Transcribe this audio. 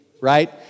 right